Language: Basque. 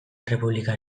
errepublika